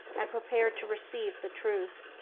and prepared to receive the truth.